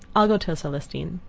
i'll go tell celestine.